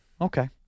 Okay